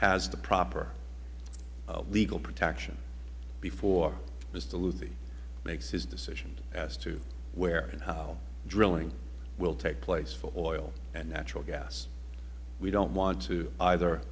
has the proper legal protection before mister luthi makes his decision as to where and how drilling will take place for oil and natural gas we don't want to either